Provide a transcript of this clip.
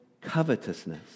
covetousness